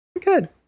good